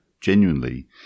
genuinely